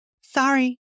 sorry